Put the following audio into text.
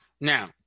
Now